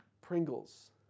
Pringles